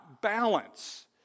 Balance